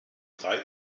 drei